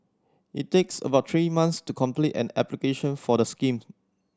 it takes about three months to complete an application for the schemes